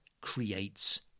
creates